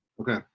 Okay